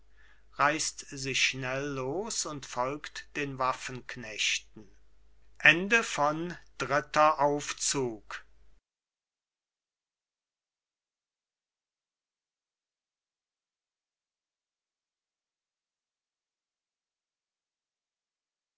reisst sich schnell los und folgt den waffenknechten